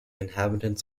inhabitants